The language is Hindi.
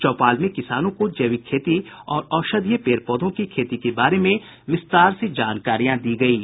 चौपाल में किसानों को जैविक खेती और औषधीय पेड़ पौधों की खेती के बारे में विस्तार से जानकारी दी गयी